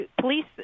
police